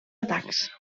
atacs